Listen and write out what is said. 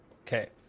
Okay